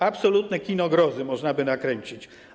Absolutne kino grozy można by nakręcić.